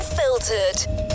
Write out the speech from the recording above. Unfiltered